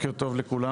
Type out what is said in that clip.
בוקר טוב לכולם,